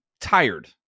tired